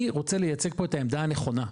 אני רוצה לייצג פה את העמדה הנכונה,